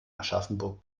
aschaffenburg